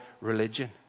religion